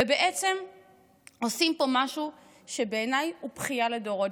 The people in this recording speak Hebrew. ובעצם עושים פה משהו שבעיניי הוא בכייה לדורות.